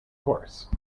course